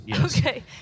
Okay